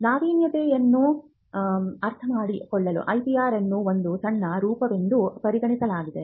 ನಾವೀನ್ಯತೆಯನ್ನು ಅರ್ಥಮಾಡಿಕೊಳ್ಳಲು ಐಪಿಆರ್ ಅನ್ನು ಒಂದು ಸಣ್ಣ ರೂಪವೆಂದು ಪರಿಗಣಿಸಲಾಗಿದೆ